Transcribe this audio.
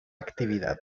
actividad